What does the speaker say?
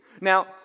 Now